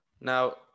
now